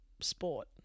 sport